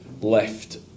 left